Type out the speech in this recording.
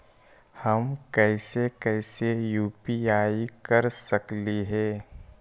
हम कैसे कैसे यु.पी.आई कर सकली हे?